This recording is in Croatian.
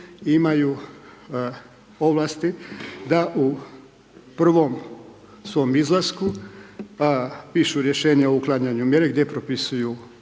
imaju ovlasti da u prvom svom izlasku pišu rješenja o uklanjanju mjere, gdje propisuju